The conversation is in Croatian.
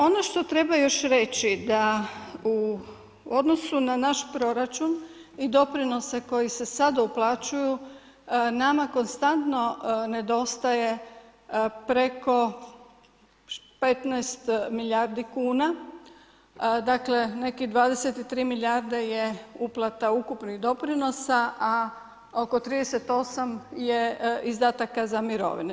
Ono što treba još reći da u odnosu na naš proračun i doprinose koji se sada uplaćuju, nama konstantno nedostaje preko 15 milijardi kuna, dakle nekih 23 milijarde je uplata ukupnih doprinosa, a oko 38 je izdataka za mirovine.